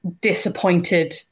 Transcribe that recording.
disappointed